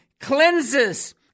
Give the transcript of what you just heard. cleanses